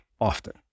often